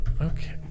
Okay